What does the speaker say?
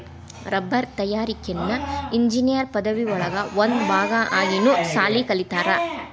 ರಬ್ಬರ ತಯಾರಿಕೆನ ಇಂಜಿನಿಯರ್ ಪದವಿ ಒಳಗ ಒಂದ ಭಾಗಾ ಆಗಿನು ಸಾಲಿ ಕಲಿತಾರ